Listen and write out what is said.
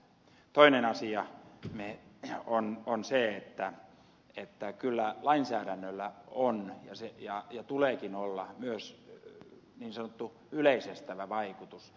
toinen asia on se että kyllä lainsäädännöllä on ja tuleekin olla myös niin sanottu yleisestävä vaikutus